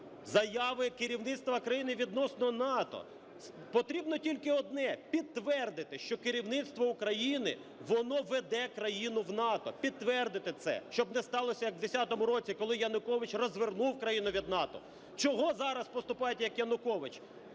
Заяви керівництва країни відносно НАТО, потрібно тільки одне: підтвердити що керівництво України воно веде країну в НАТО, підтвердити це, щоб не сталося, як в 2010 році, коли Янукович розвернув країну від НАТО. Чого зараз поступають, як Янукович?